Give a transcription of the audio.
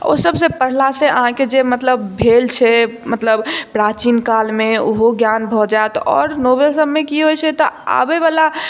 ओ सब पढ़ला सॅं अहाँ के जे भेल छै मतलब प्राचीन काल मे ओहो ज्ञान भऽ जाइत और नॉवेल सब मे की होइत छै तऽ आबैवला